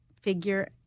figure